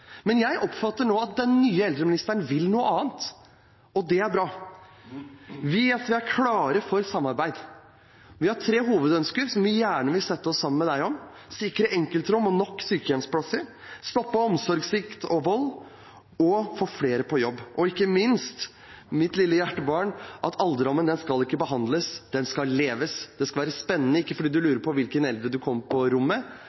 Men jeg oppfatter nå at den nye eldreministeren vil noe annet. Det er bra. Vi i SV er klare for samarbeid. Vi har tre hovedønsker, som vi gjerne vil gå sammen med deg om: sikre enkeltrom og nok sykehjemsplasser, stoppe omsorgssvikt og vold, og få flere på jobb. Og ikke minst – mitt lille hjertebarn er at alderdommen ikke skal behandles, den skal leves. Den skal være spennende, ikke fordi du